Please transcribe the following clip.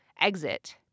exit